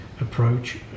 approach